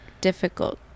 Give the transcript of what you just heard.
difficult